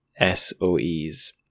SOEs